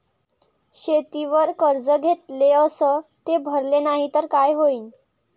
शेतीवर कर्ज घेतले अस ते भरले नाही तर काय होईन?